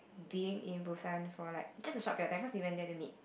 being in Busan for like it's just a short period of time cause we went there to meet